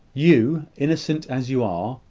you, innocent as you are,